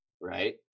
Right